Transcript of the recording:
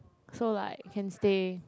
so like can stay